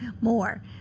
more